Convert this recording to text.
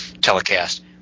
telecast